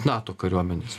nato kariuomenės